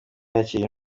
yakiriye